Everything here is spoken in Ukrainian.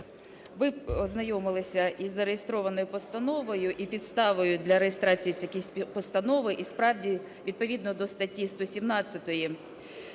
ви ознайомилися із зареєстрованою постановою, і підставою для реєстрації постанови, і, справді, відповідно до статті 117